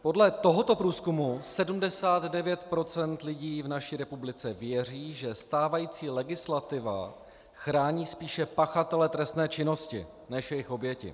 Podle tohoto průzkumu 79 % lidí v naší republice věří, že stávající legislativa chrání spíše pachatele trestné činnosti než jejich oběti.